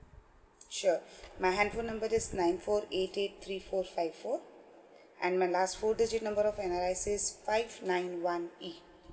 sure my handphone number is nine four eight eight three four five four and my last four digit number of N_R_I_C five nine one eight